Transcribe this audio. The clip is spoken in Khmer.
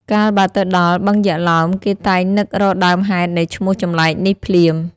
កាលបើទៅដល់ "បឹងយក្សឡោម" គេតែងនឹករកដើមហេតុនៃឈ្មោះចម្លែកនេះភ្លាម។